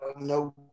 no